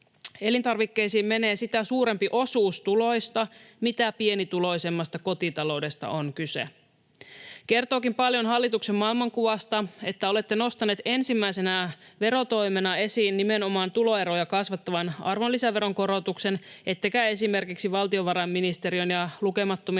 Elintarvikkeisiin menee sitä suurempi osuus tuloista, mitä pienituloisemmasta kotitaloudesta on kyse. Kertookin paljon hallituksen maailmankuvasta, että olette nostaneet ensimmäisenä verotoimena esiin nimenomaan tuloeroja kasvattavan arvonlisäveron korotuksen ettekä esimerkiksi valtiovarainministeriön ja lukemattomien